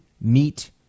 meat